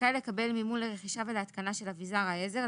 זכאי לקבל מימון לרכישה ולהתקנה של אבזר העזר,